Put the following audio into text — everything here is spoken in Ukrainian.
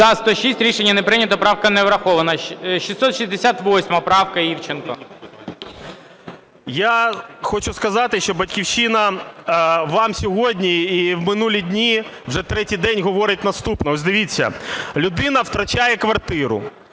За-106 Рішення не прийнято. Правка не врахована. 668 правка, Івченко. 10:55:23 ІВЧЕНКО В.Є. Я хочу сказати, що "Батьківщина" вам сьогодні і в минулі дні, вже третій день говорить наступне. Ось дивіться, людина втрачає квартиру,